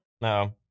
No